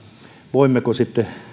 voimmeko sitten